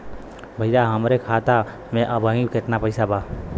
भईया हमरे खाता में अबहीं केतना पैसा बा?